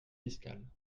fiscales